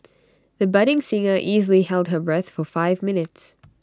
the budding singer easily held her breath for five minutes